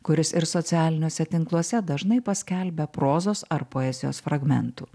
kuris ir socialiniuose tinkluose dažnai paskelbia prozos ar poezijos fragmentų